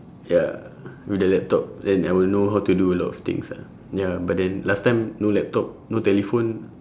ya with the laptop then I will know how to do a lot of things ah ya but then last time no laptop no telephone